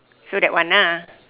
so that one lah